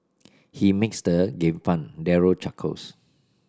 he makes the game fun Daryl chuckles